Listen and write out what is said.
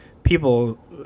People